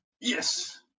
yes